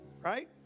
right